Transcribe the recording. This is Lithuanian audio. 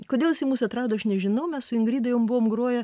kodėl jisai mus atrado aš nežinau mes su ingrida jau buvom groję